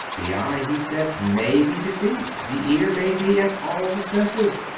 the eye, he said, may be deceived the ear may be and all the senses.